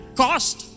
cost